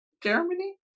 Germany